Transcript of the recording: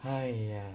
!haiya!